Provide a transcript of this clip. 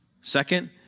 Second